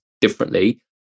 differently